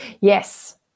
Yes